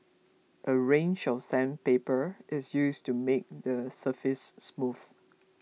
a range of sandpaper is used to make the surface smooth